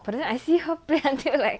but then I see her play until like